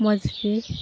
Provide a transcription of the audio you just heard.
ᱢᱚᱡᱽᱜᱮ